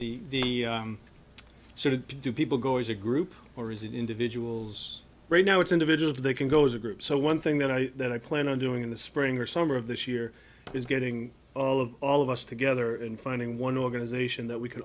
know the sort of do people go as a group or is it individuals right now it's individuals it can go as a group so one thing that i that i plan on doing in the spring or summer of this year is getting all of all of us together and finding one organization that we c